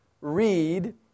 read